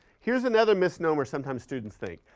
here's another misnomer sometimes students think.